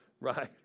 Right